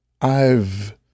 I've